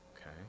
Okay